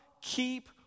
Keep